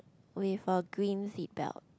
with a green seatbelt